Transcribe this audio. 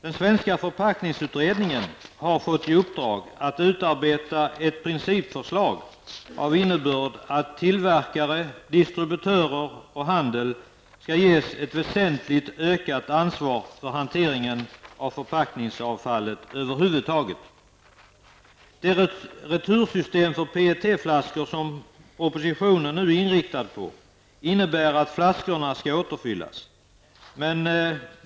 Den svenska förpackningsutredningen har fått i uppdrag att utarbeta ett principförslag av innebörd att tillverkare, distributörer och handel skall ges ett väsentligt ökat ansvar för hanteringen av förpackningsavfallet över huvud taget. Det retursystem för PET-flaskor som oppositionen nu är inriktad på innebär att flaskorna skall återfyllas.